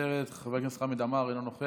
מוותרת, חבר הכנסת חמד עמאר, אינו נוכח,